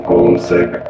Homesick